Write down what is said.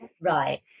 right